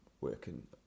working